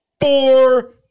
four